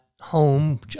home